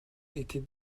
était